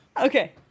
Okay